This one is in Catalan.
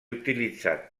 utilitzat